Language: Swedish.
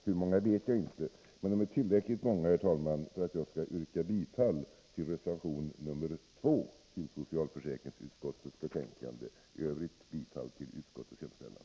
Hur många det är vet jag inte, men de är tillräckligt många, herr talman, för att jag skall yrka bifall till reservation 2 till socialförsäkringsutskottets betänkande. I övrigt yrkar jag bifall till utskottets hemställan.